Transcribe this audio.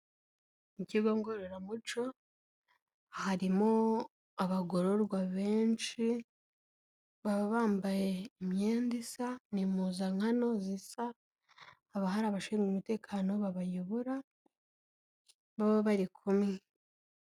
Mu kigo ngororamuco harimo abagororwa benshi baba bambaye imyenda isa, ni impuzankano zisa, haba hari abashinzwe umutekano babayobora baba bari kumwe.